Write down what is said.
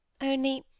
Only